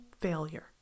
failure